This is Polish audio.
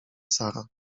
sara